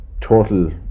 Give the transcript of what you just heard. total